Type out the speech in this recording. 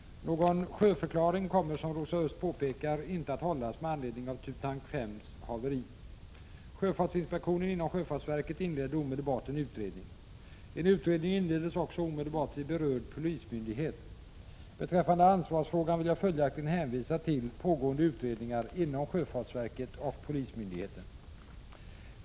Någon sjöförklaring kommer, som Rosa Östh påpekar, inte att hållas med anledning av Thuntank 5:s haveri. Sjöfartsinspektionen inom sjöfartsverket inledde omedelbart en utredning. En utredning inleddes också omedelbart vid berörd polismyndighet. Beträffande ansvarsfrågan vill jag följaktligen hänvisa till pågående utredningar inom sjöfartsverket och polismyndigheten.